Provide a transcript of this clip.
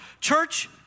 Church